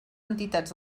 entitats